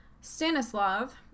Stanislav